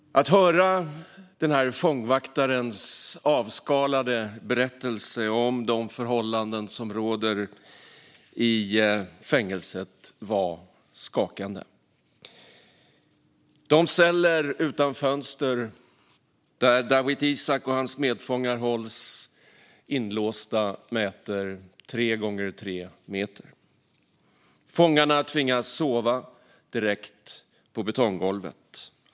Att höra fångvaktarens avskalade berättelse om de förhållanden som råder i fängelset var skakande. De celler utan fönster där Dawit Isaak och hans medfångar hålls inlåsta mäter tre gånger tre meter. Fångarna tvingas sova direkt på betonggolvet.